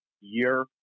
year